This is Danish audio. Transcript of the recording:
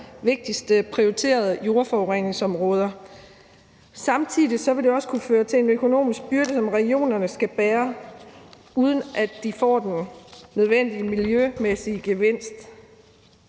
allervigtigste og prioriterede jordforureningsområder. Samtidig vil det også kunne føre til en økonomisk byrde, som regionerne skal bære, uden at de får den nødvendige miljømæssige gevinst.